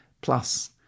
plus